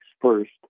first